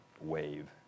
wave